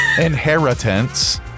inheritance